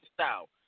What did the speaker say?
style